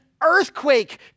earthquake